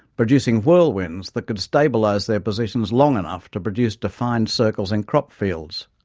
producing whirlwinds that could stabilise their positions long enough to produce defined circles in crop fields.